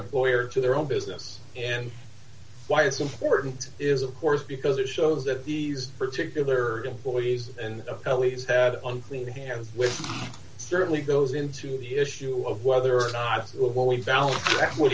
employer to their own business and why it's important is of course because it shows that these particular employees and ellie's have unclean hands which certainly goes into the issue of whether or not what we value what